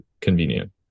convenient